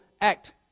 act